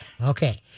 Okay